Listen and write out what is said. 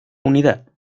unidad